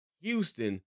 Houston